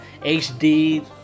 hd